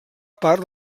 part